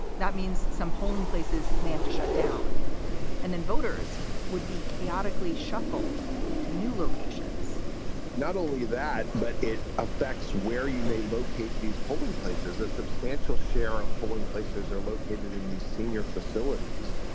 that means some polling places may have to shut down and then voters would be chaotically shuffled to new locations not only that, but it affects where you may locate these polling places. a substantial share of polling places are located in these senior facilities,